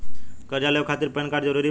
कर्जा लेवे खातिर पैन कार्ड जरूरी बा?